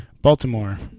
Baltimore